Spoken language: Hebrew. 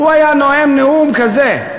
הוא היה נואם נאום כזה.